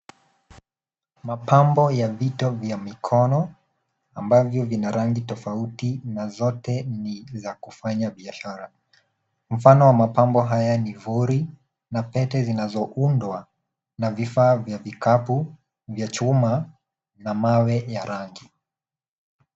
Mapambo ya vito vya mikono ambavyo vina rangi tofauti na zote ni za kufanya biashara. Mfano wa mapambo haya ni vuri na pete zinazoundwa na vifaa vya vikapu vya chuma na mawe ya rangi.